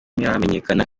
ntiharamenyekana